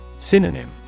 Synonym